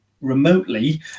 remotely